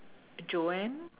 Joanne